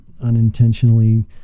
unintentionally